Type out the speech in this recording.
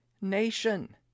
nation